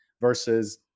versus